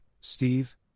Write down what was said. Steve